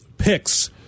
picks